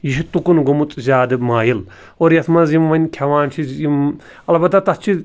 یہِ چھُ تُکُن گوٚمُت زیادٕ مٲیِل اور یَتھ منٛز یِم وۄنۍ کھٮ۪وان چھِ زِ یِم البتہ تَتھ چھِ